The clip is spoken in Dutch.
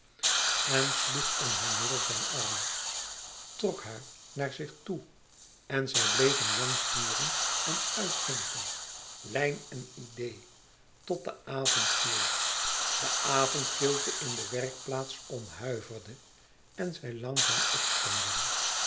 en sloeg om haar middel zijn arm trok haar naar zich toe en zij bleven lang turen en uitdenken lijn en idee tot de avond viel de avondkilte in de werkplaats omhuiverde en zij langzaam opstonden